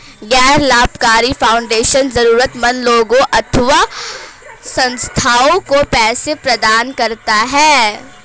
गैर लाभकारी फाउंडेशन जरूरतमन्द लोगों अथवा संस्थाओं को पैसे प्रदान करता है